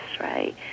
right